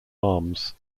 arms